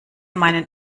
meinen